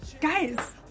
Guys